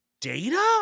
data